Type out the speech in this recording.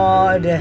God